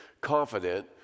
confident